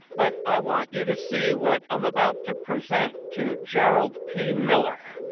but i want you to see what i'm about to present to jerald p. miller.